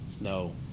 no